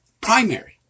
primary